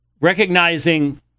recognizing